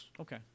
Okay